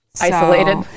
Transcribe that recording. Isolated